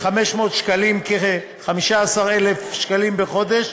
שקלים, כ-15,000 שקלים בחודש,